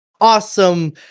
awesome